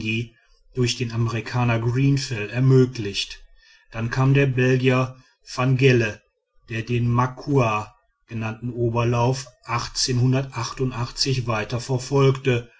durch den amerikaner grenfell ermöglicht dann kam der belgier van gle der den makua genannten oberlauf weiter verfolgte